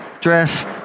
dress